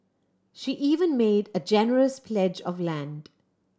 she even made a generous pledge of land